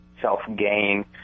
self-gain